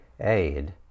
aid